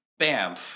BAMF